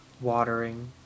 watering